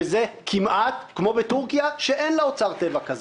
שזה כמעט כמו בטורקיה שאין לה אוצר טבע כזה.